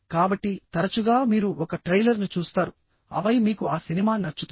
కాబట్టి తరచుగా మీరు ఒక ట్రైలర్ను చూస్తారు ఆపై మీకు ఆ సినిమా నచ్చుతుంది